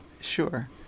sure